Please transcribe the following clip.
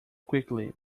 quickly